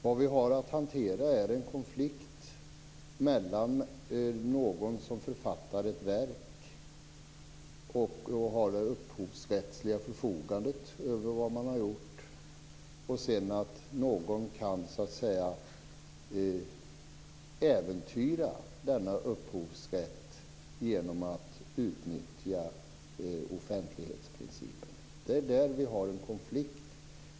Vad vi har att hantera är en konflikt mellan någon som författar ett verk och har det upphovsrättsliga förfogandet över vad han eller hon har gjort och någon som kan äventyra denna upphovsrätt genom att utnyttja offentlighetsprincipen. Det är där vi har en konflikt.